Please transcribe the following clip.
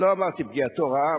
שפגיעתו רעה?